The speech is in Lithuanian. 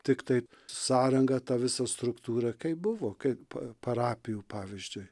tiktai sąranga ta vis struktūra kaip buvo kaip parapijų pavyzdžiui